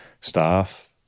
staff